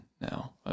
now